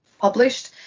published